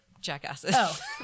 jackasses